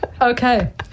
okay